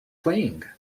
playing